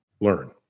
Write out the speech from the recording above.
learn